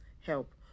help